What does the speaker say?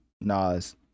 Nas